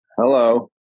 Hello